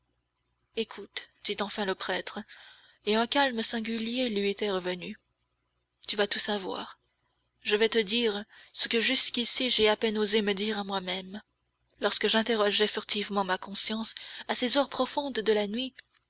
écoute dit enfin le prêtre et un calme singulier lui était revenu tu vas tout savoir je vais te dire ce que jusqu'ici j'ai à peine osé me dire à moi-même lorsque j'interrogeais furtivement ma conscience à ces heures profondes de la nuit